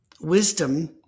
Wisdom